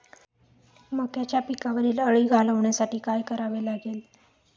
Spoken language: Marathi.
मक्याच्या पिकावरील अळी घालवण्यासाठी काय करावे लागेल?